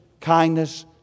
kindness